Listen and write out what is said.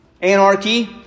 anarchy